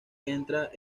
entra